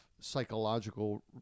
psychological